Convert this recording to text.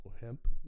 hemp